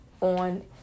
on